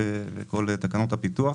סעיפים של כל תקנות הפיתוח.